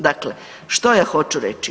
Dakle, što ja hoću reći?